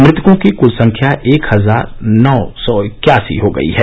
मृतकों की कृल संख्या एक हजार नौ सौ इक्यासी हो गई है